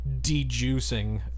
de-juicing